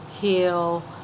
heal